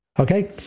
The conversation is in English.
Okay